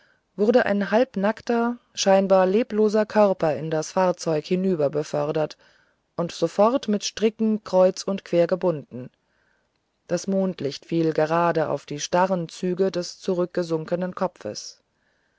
wurde ein halbnackter scheinbar lebloser körper in das fahrzeug hinüberbefördert und sofort mit stricken kreuz und quer gebunden das mondlicht fiel gerade auf die starren züge des zurückgesunkenen kopfes